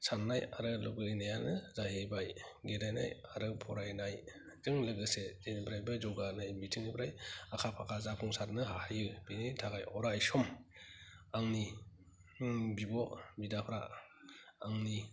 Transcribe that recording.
साननाय आरो लुबैनायानो जाहैबाय फरायनायजों लोगोसे जेनिफ्रायबो जौगानाय बिथिंनिफ्राय आखा फाखा जाफुंसारनो हाहैयो बेनि थाखाय अरायसम आंनि बिब' बिदाफ्रा आंनि